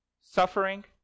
Suffering